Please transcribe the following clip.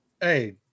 Hey